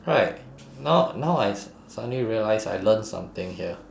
right now now I s~ suddenly realise I learnt something here